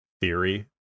theory